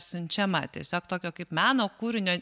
siunčiama tiesiog tokio kaip meno kūrinio